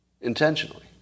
intentionally